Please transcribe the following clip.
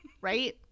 Right